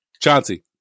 Chauncey